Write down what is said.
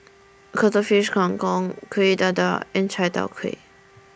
Cuttlefish Kang Kong Kuih Dadar and Chai Tow Kuay